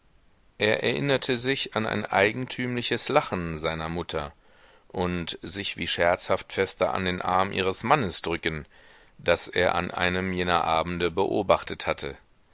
er erinnerte sich an ein eigentümliches lachen seiner mutter und sich wie scherzhaft fester an den arm ihres mannes drücken das er an einem jener abende beobachtet hatte